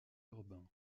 urbain